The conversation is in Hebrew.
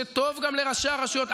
זה טוב גם לראשי הרשויות.